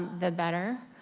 the better,